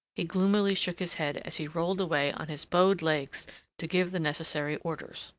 he gloomily shook his head as he rolled away on his bowed legs to give the necessary orders.